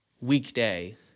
weekday